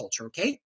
Okay